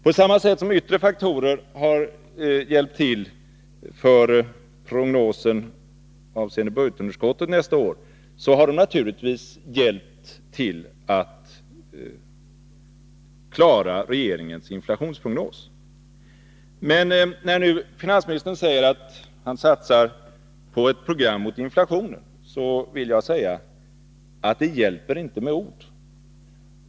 På samma sätt som yttre faktorer har hjälpt till när det gäller prognosen avseende budgetunderskottet nästa år har dessa faktorer naturligtvis hjälpt till att klara regeringens inflationsprognos. När nu finansministern säger att han satsar på ett program mot inflationen, vill jag påpeka att det inte hjälper med ord.